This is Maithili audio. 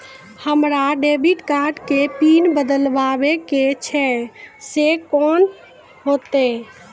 हमरा डेबिट कार्ड के पिन बदलबावै के छैं से कौन होतै?